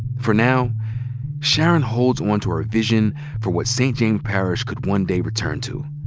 for now sharon hold onto her vision for what st. james parish could one day return to.